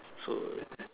so